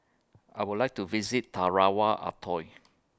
I Would like to visit Tarawa Atoll